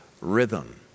rhythm